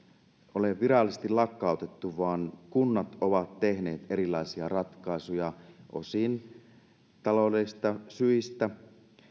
ole virallisesti lakkautettu vaan kunnat ovat tehneet erilaisia ratkaisuja osin taloudellisista syistä